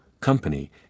company